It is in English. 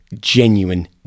genuine